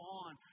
on